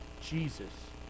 Jesus